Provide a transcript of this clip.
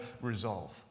resolve